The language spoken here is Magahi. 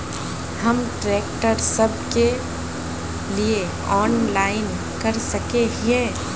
हम ट्रैक्टर सब के लिए ऑनलाइन कर सके हिये?